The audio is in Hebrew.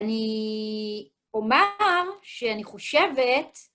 אני אומר שאני חושבת...